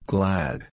Glad